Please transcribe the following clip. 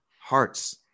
hearts